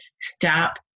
stop